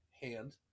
hand